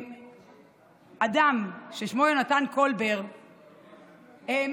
אדם ששמו יונתן קולבר העמיד